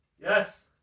Yes